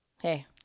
Hey